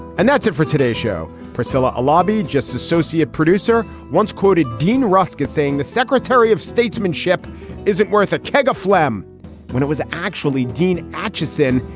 and that's it for today's show, priscilla. a lobby just associate producer once quoted dean rusk as saying the secretary of statesmanship isn't worth a keg of phlegm when it was actually dean acheson.